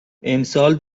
امسال